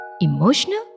Emotional